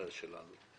שלנו.